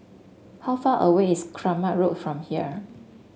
how far away is Kramat Road from here